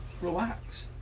relax